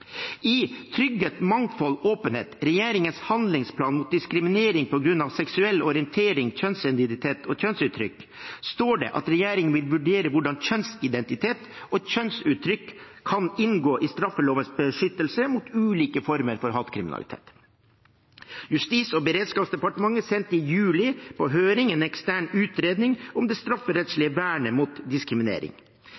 I «Trygghet, mangfold, åpenhet, Regjeringens handlingsplan mot diskriminering på grunn av seksuell orientering, kjønnsidentitet og kjønnsuttrykk» står det at regjeringen vil vurdere «hvordan kjønnsidentitet og kjønnsuttrykk kan inngå i straffelovens beskyttelse mot ulike former for hatkriminalitet». Justis- og beredskapsdepartementet sendte i juli på høring en ekstern utredning om det